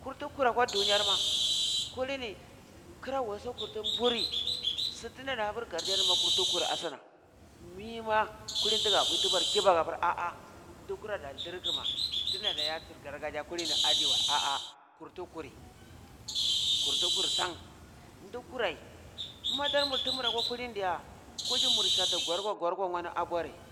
Kurtu kurai akwa dunyar ma, kulini kra waso kurtan buri, su tuna hapur gardiyar nima kurti kur abna. mima kulini tiga bui tubar kibaku apur ah ah di kura ada dirkuma tinada iya sir gargajiya kulini adiwa ah ah kurtu kuri, kurtu kur san ndu kurai madar mur tu mura kwa kulini diya, kuji mur hyati gorko gorko nwa di abore